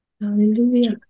Hallelujah